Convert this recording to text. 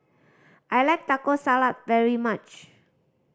I like Taco Salad very much